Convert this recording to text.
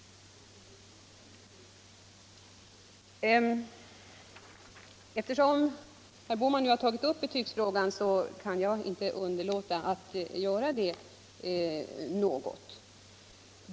Eftersom herr Bohman nu tagit upp betygsfrågan kan jag inte underlåta att kommentera den något.